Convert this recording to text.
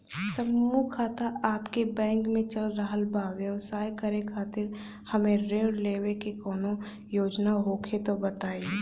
समूह खाता आपके बैंक मे चल रहल बा ब्यवसाय करे खातिर हमे ऋण लेवे के कौनो योजना होखे त बताई?